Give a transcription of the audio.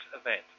event